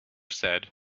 said